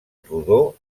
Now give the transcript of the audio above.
rodó